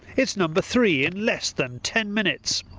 it's number three in less than ten minutes.